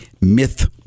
myth